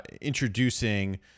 introducing